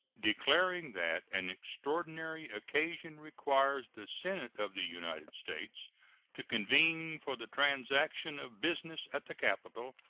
declaring that an extraordinary occasion requires the senate of the united states to convene for the transaction of business at the capitol,